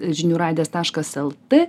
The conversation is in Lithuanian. žinių radijas taškas lt